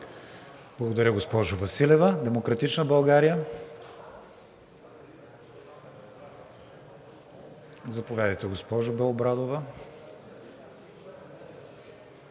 Благодаря, госпожо Василева. От „Демократична България“? Заповядайте, госпожо Белобрадова.